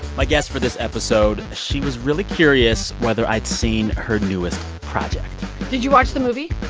my guest for this episode, she was really curious whether i'd seen her newest project did you watch the movie?